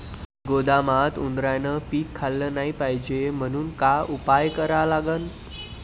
गोदामात उंदरायनं पीक खाल्लं नाही पायजे म्हनून का उपाय करा लागन?